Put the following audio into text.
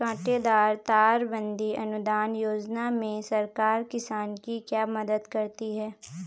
कांटेदार तार बंदी अनुदान योजना में सरकार किसान की क्या मदद करती है?